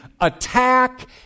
attack